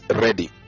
ready